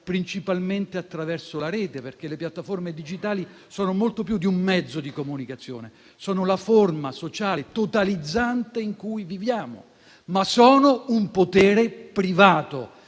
principalmente attraverso la rete. Le piattaforme digitali sono infatti molto più di un mezzo di comunicazione: sono la forma sociale totalizzante in cui viviamo, ma sono un potere privato,